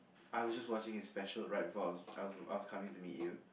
I was just watching his special right before I was I was I was coming to meet you